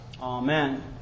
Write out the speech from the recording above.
Amen